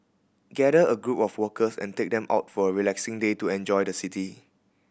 gather a group of workers and take them out for a relaxing day to enjoy the city